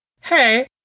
hey